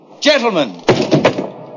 Gentlemen